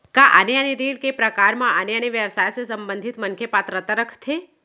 का आने आने ऋण के प्रकार म आने आने व्यवसाय से संबंधित मनखे पात्रता रखथे?